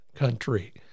country